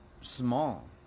small